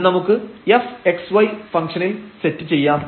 ഇത് നമുക്ക് fxy ഫംഗ്ഷനിൽ സെറ്റ് ചെയ്യാം